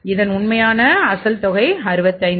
இதன் உண்மையான அசல் தொகை 65